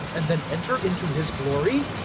and then enter into his glory?